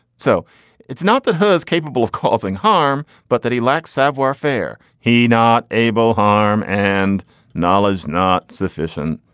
so it's not that he is capable of causing harm, but that he lacks savoir faire. he not able harm and knowledge not sufficient.